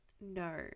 No